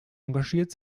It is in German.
engagiert